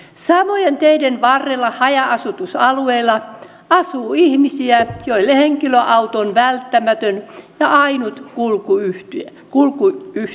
samojen teiden varrella haja asutusalueilla asuu ihmisiä joille henkilöauto on välttämätön ja ainut kulkuyhteys